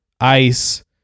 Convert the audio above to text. Ice